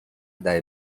دهه